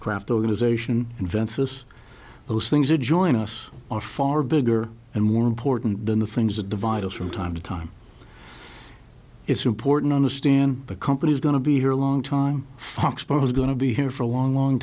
craft organization invensys those things that join us are far bigger and more important than the things that divide us from time to time it's important understand the company's going to be here a long time fox sport is going to be here for a long long